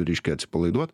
reiškia atsipalaiduot